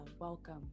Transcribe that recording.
welcome